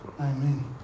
Amen